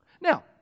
Now